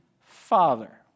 Father